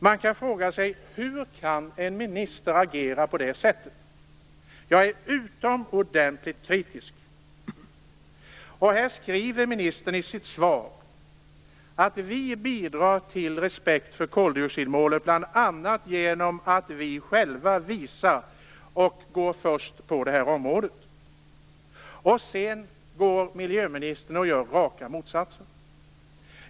Man kan fråga sig hur en minister kan agera på det sättet. Jag är utomordentligt kritisk! Ministern skriver i sitt svar att vi bidrar till respekt för koldioxidmålet bl.a. genom att vi själva visar vägen och går först på det här området. Sedan går miljöministern och gör raka motsatsen!